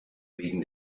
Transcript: wegen